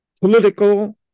political